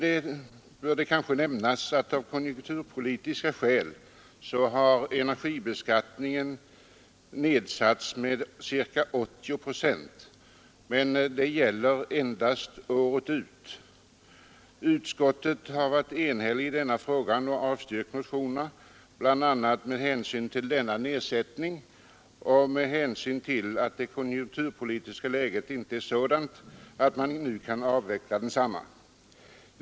Det bör kanske nämnas att energiskatten av konjunkturpolitiska skäl har nedsatts med ca 80 procent, men detta gäller endast året ut. Utskottet har enhälligt avstyrkt motionen, bl.a. med hänsyn till denna nedsättning och till att det konjunkturpolitiska läget inte är sådant att energiskatten nu kan avvecklas.